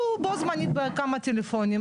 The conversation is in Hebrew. הוא בו זמנית בכמה טלפונים,